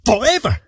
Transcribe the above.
forever